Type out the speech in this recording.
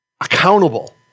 accountable